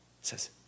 Says